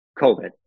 COVID